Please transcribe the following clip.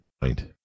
point